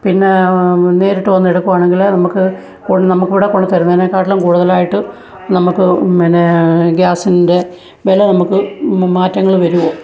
പിന്നെ നേരിട്ട് വന്നെടുക്കുവാണെങ്കില് നമ്മള്ക്ക് കൊ നമ്മള്ക്ക് ഇവിടെ കൊണ്ട് തരുന്നതിനെക്കാട്ടിലും കൂടുതലായിട്ട് നമ്മള്ക്ക് പിന്നെ ഗ്യാസിൻ്റെ വില നമ്മള്ക്ക് മാറ്റങ്ങള് വരുമോ